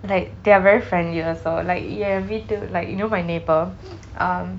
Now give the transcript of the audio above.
like they are very friendly also like you have been to like you know my neighbour um